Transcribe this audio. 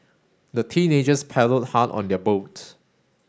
the teenagers paddled hard on their boat